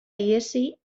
ihesi